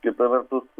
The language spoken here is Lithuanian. kita vertus